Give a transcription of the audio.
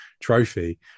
trophy